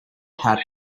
hat